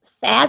sad